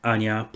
Ania